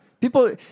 People